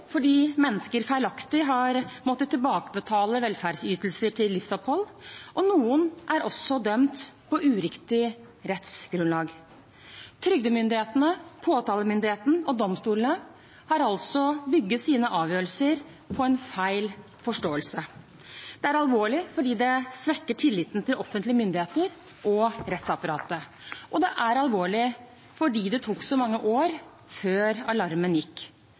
fordi mennesker feilaktig har måttet tilbakebetale velferdsytelser til livsopphold, og noen er også dømt på uriktig rettsgrunnlag. Trygdemyndighetene, påtalemyndigheten og domstolene har altså bygget sine avgjørelser på en feil forståelse. Det er alvorlig fordi det svekker tilliten til offentlige myndigheter og rettsapparatet, og det er alvorlig fordi det tok så mange år før alarmen gikk.